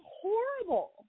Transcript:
horrible